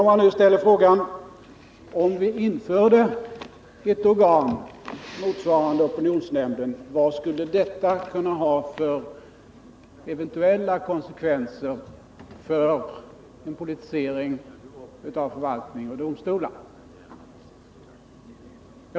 Låt mig då ställa frågan vad ett införande nu av ett organ motsvarande opinionsnämnden skulle kunna ha för eventuella konsekvenser för en politisering av förvaltning och domstolar.